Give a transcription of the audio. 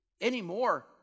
anymore